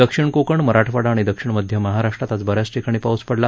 दक्षिण कोकण मराठवाडा आणि दक्षिण मध्य महाराष्ट्रात आज बऱ्याच ठिकाणी पाऊस पडला